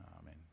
Amen